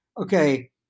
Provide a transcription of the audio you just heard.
okay